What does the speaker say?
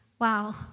wow